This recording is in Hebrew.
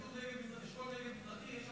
יש, יש את הנגב המזרחי,